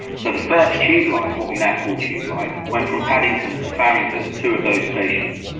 so the first tube line, what we now call tube line, went from paddington to farringdon, two of those stations,